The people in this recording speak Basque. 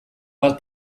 bat